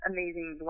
Amazing